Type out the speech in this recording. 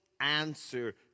answer